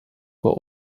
were